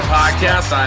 podcast